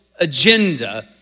agenda